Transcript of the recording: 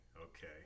okay